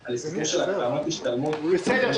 על ההסכם של הקרנות השתלמות --- בסדר,